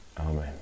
Amen